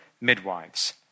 midwives